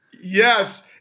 Yes